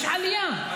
יש עלייה,